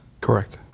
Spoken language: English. Correct